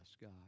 God